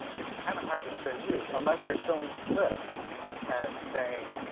it's kind of hard to fair use, unless you're showing the clip and saying,